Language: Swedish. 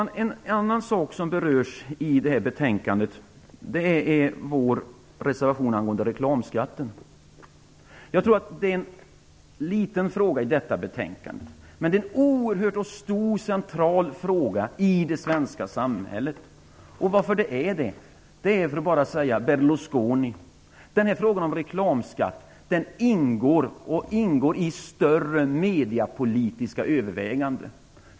Fru talman! Vi har vid detta betänkande avgivit en reservation angående reklamskatten. Det är i detta betänkande en liten fråga, men det gäller en i det svenska samhället oerhört stor och central fråga i det svenska samhället. Det räcker att nämna namnet Berlusconi för att detta skall framstå klart. Frågan om reklamskatt ingår i större mediepolitiska överväganden.